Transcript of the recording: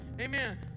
Amen